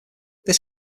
this